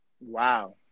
Wow